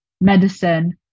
medicine